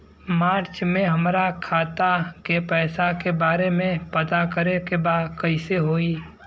मार्च में हमरा खाता के पैसा के बारे में पता करे के बा कइसे होई?